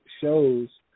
shows